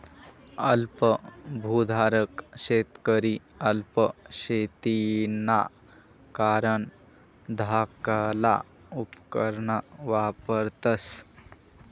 अल्प भुधारक शेतकरी अल्प शेतीना कारण धाकला उपकरणं वापरतस